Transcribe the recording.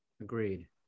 agreed